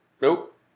Nope